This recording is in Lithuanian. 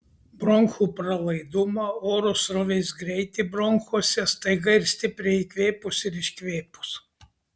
bronchų pralaidumą oro srovės greitį bronchuose staiga ir stipriai įkvėpus ir iškvėpus